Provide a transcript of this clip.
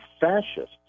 fascists